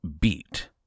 beat